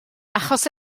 achos